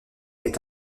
est